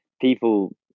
people